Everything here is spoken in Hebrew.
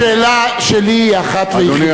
השאלה שלי היא אחת ויחידה,